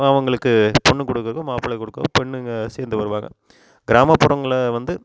அவங்களுக்கு பொண்ணு கொடுக்கறக்கும் மாப்பிளை கொடுக்க பெண்ணுங்க சேர்ந்து வருவாங்க கிராமப்புறங்களை வந்து